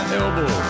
elbow